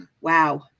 wow